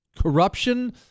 corruption